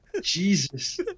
jesus